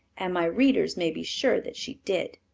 and my readers may be sure that she did.